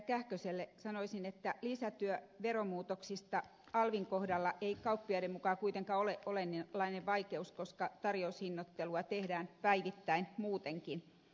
kähköselle sanoisin että lisätyö veromuutoksista alvin kohdalla ei kauppiaiden mukaan kuitenkaan ole olennainen vaikeus koska tarjoushinnoittelua tehdään päivittäin muutenkin